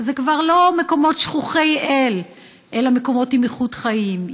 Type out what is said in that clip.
ואלה כבר לא מקומות שכוחי אל אלא מקומות עם איכות חיים,